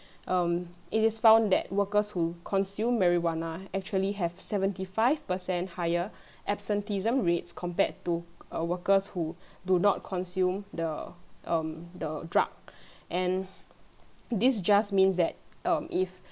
um it is found that workers who consume marijuana actually have seventy five percent higher absenteeism rate compared to err workers who does not consume the um the drug and this just means that um if